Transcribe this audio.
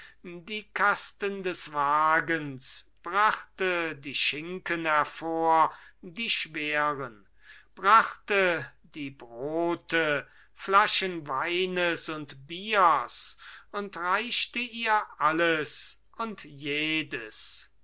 die kasten des wagens brachte die schinken hervor die schweren brachte die brote flaschen weines und biers und reicht ihr alles und jedes